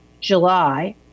July